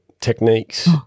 techniques